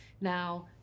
Now